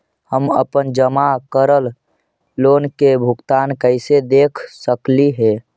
हम अपन जमा करल लोन के भुगतान कैसे देख सकली हे?